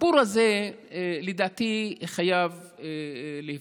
הסיפור הזה לדעתי חייב להיפסק,